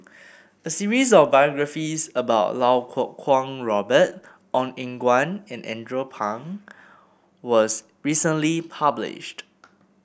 a series of biographies about Lau Kuo Kwong Robert Ong Eng Guan and Andrew Phang was recently published